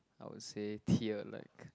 I would say tear like